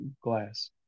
glass